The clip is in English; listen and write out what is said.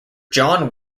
john